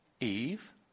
Eve